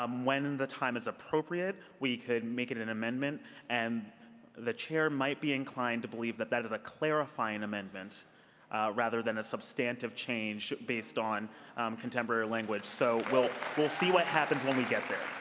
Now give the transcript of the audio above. um when and the time is appropriate, we could make it an amendment and the chair might be inclined to believe that that is a clarifying amendment rather than a substantive change based on contemporary language. so we'll we'll see what happens when we get there.